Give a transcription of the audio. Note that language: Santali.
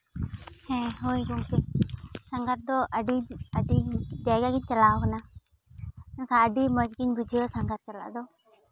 ᱦᱮᱸ ᱦᱳᱭ ᱜᱚᱢᱠᱮ ᱥᱟᱸᱜᱷᱟᱨ ᱫᱚ ᱟᱹᱰᱤ ᱟᱹᱰᱤ ᱡᱟᱭᱜᱟ ᱜᱮᱧ ᱪᱟᱞᱟᱣ ᱠᱟᱱᱟ ᱢᱮᱱᱠᱷᱟᱱ ᱟᱹᱰᱤ ᱢᱚᱡᱽ ᱜᱮᱧ ᱵᱩᱡᱷᱟᱹᱣᱟ ᱥᱟᱸᱜᱷᱟᱨ ᱪᱟᱞᱟᱜ ᱫᱚ